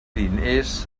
diners